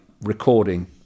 recording